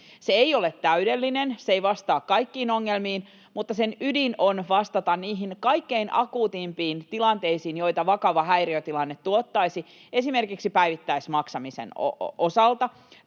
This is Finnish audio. Se ei ole täydellinen, se ei vastaa kaikkiin ongelmiin, mutta sen ydin on vastata niihin kaikkein akuuteimpiin tilanteisiin, joita vakava häiriötilanne tuottaisi esimerkiksi päivittäismaksamisen osalta